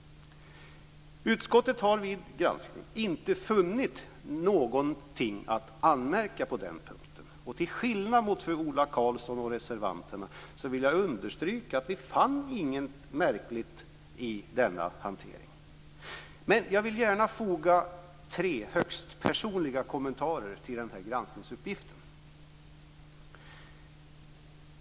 Utskottet har vid sin granskning inte funnit någonting att anmärka på den punkten. Till skillnad från Ola Karlsson och reservanterna vill jag understryka att vi inte fann något märkligt i denna hantering. Men jag vill gärna foga tre högst personliga kommentarer till denna granskningsuppgift.